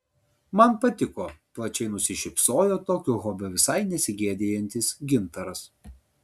man patiko plačiai nusišypsojo tokio hobio visai nesigėdijantis gintaras